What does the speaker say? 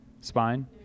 spine